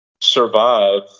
survive